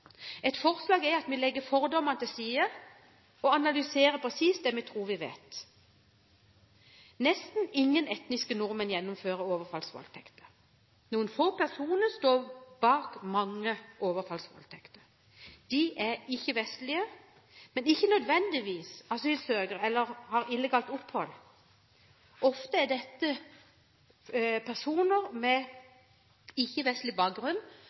Et forslag er at vi legger fordommene til side og analyserer presist det vi tror vi vet: Nesten ingen etniske nordmenn gjennomfører overfallsvoldtekter. Noen få personer står bak mange overfallsvoldtekter. De er ikke-vestlige, men ikke nødvendigvis asylsøkere eller har illegalt opphold. Ofte har disse personene med ikke-vestlig bakgrunn